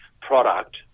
product